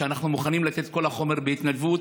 שאנחנו מוכנים לתת את כל החומר בהתנדבות